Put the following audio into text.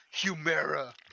Humera